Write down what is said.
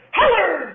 holler